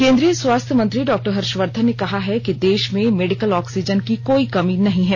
केन्द्रीय स्वास्थ्य मंत्री डॉक्टर हर्षवर्धन ने कहा है कि देश में मेडिकल ऑक्सीजन की कोई कमी नहीं है